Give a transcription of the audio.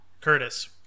Curtis